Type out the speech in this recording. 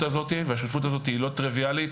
הזאתי והשותפות הזאתי היא לא טריוויאלית,